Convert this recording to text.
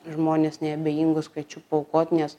žmones neabejingus kviečiu paaukot nes